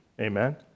Amen